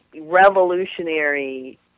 revolutionary